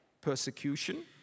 persecution